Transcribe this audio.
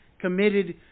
committed